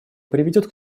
приведет